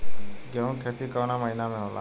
गेहूँ के खेती कवना महीना में होला?